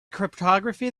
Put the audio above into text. cryptography